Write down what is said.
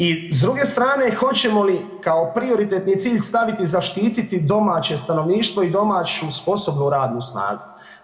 I s druge strane, hoćemo li kao prioritetni cilj staviti, zaštititi domaće stanovništvo u domaću sposobnu radnu snagu?